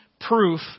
proof